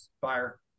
fire